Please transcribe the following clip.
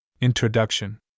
Introduction